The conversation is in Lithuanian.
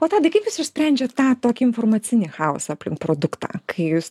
o tadai kaip jūs išsprendžiat tą tokį informacinį chaosą aplink produktą kai jūs